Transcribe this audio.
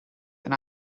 and